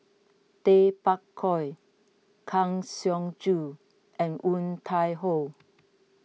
Tay Bak Koi Kang Siong Joo and Woon Tai Ho